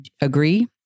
Agree